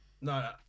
No